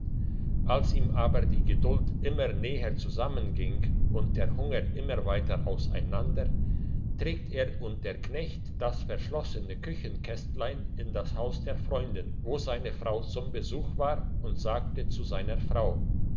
als ihm aber die geduld immer näher zusammenging und der hunger immer weiter auseinander trägt er und der knecht das verschlossene küchenkästlein in das haus der freundin wo seine frau zum besuch war und sagt zu seiner frau